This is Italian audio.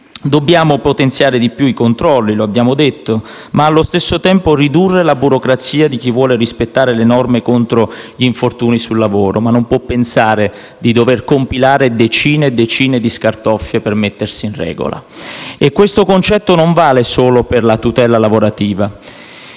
Dobbiamo potenziare di più i controlli, lo abbiamo detto, ma, allo stesso tempo, ridurre la burocrazia a favore di chi vuole rispettare le norme contro gli infortuni sul lavoro, che non può essere obbligato a compilare decine e decine di scartoffie per mettersi in regola. Questo concetto non vale solo per la tutela lavorativa